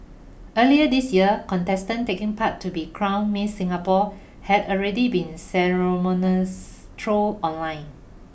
earlier this year contestant taking part to be crown Miss Singapore had already been ceremoniously trolled online